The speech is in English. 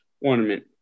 ornament